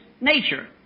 Nature